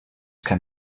can